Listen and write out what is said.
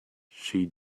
she